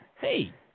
Hey